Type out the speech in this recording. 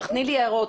תני לי הערות.